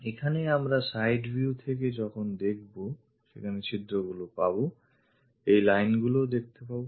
এখানে আমরা side view থেকে যখন দেখব সেখানে ছিদ্রগুলি পাব এই lineগুলিও দেখতে পাব